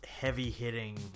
heavy-hitting